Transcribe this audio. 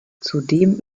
zudem